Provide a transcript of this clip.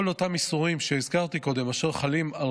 כל אותם איסורים שהזכרתי קודם אשר חלים על